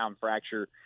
fracture